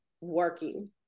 working